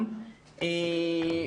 אין כאן ירידה.